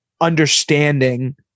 understanding